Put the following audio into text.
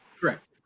Correct